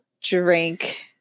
Drink